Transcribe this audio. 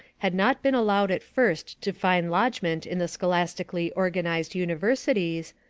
had not been allowed at first to find lodgment in the scholastically organized universities,